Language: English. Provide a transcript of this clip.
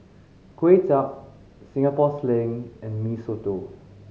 Kway Chap Singapore Sling and Mee Soto